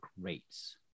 rates